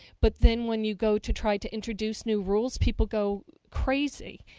but then when you go to try to introduce new rules people go crazy.